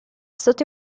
stato